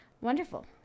Wonderful